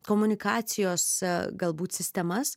komunikacijos galbūt sistemas